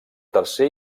tercer